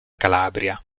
calabria